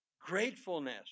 gratefulness